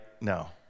No